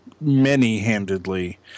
many-handedly